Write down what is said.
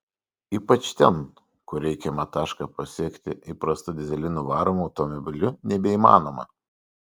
ypač ten kur reikiamą tašką pasiekti įprastu dyzelinu varomu automobiliu nebeįmanoma